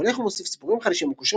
הוא הולך ומוסיף סיפורים חדשים הקושרים